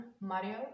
Mario